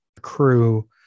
crew